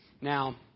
Now